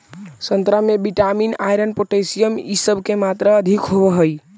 संतरा में vitamin, iron, potassium इ सब के मात्रा अधिक होवऽ हई